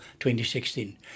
2016